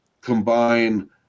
combine